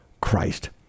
Christ